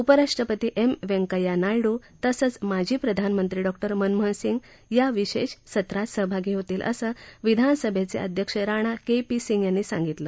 उपराष्ट्रपती एम व्यंकय्या नायडू तसंच माजी प्रधानमंत्री डॉक्टर मनमोहन सिंग या विशेष सत्रात सहभागी होतील असं विधानसभेचे अध्यक्ष राणा के पी सिंग यांनी सांगितलं